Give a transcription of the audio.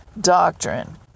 doctrine